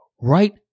right